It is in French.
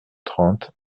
trente